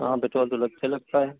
हाँ पेट्रोल तो लगते ही लगता है